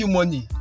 money